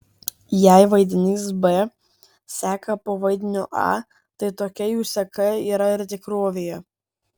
jei vaidinys b seka po vaidinio a tai tokia jų seka yra ir tikrovėje